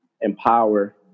empower